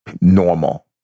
normal